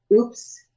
oops